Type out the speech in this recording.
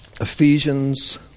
Ephesians